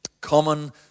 common